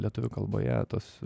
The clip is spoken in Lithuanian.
lietuvių kalboje tuos